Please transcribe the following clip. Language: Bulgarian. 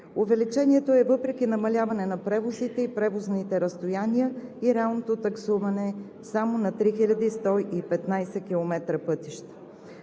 Увеличението е въпреки намаляването на превозите и превозните разстояния и реалното таксуване само на 3115 км пътища.